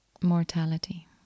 mortality